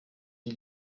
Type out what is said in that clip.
die